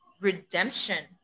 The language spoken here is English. redemption